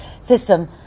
system